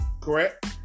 correct